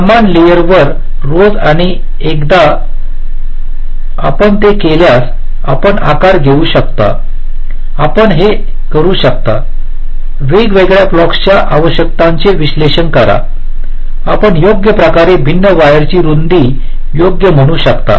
समान लेयर वर रोज आणि एकदा आपण ते केल्यास आपण आकार घेऊ शकता आपण हे करू शकता वेगवेगळ्या ब्लॉक्सच्या आवश्यकतांचे विश्लेषण करा आपण योग्य प्रकारे भिन्न वायर ची रुंदी योग्य म्हणू शकता